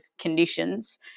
conditions